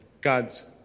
God's